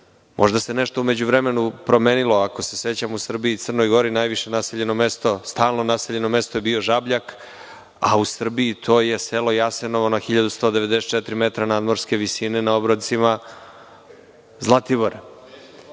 Možda se nešto u međuvremenu promenilo. Ako se sećamo, u Srbiji i u Crnoj Gori najviše naseljeno mesto, stalno naseljeno mesto je bio Žabljak, a u Srbiji to je selo Jasenovo na 1.194 m nadmorske visine, na obroncima Zlatibora. Dakle,